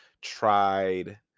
tried